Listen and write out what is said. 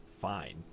fine